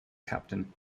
captain